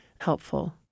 helpful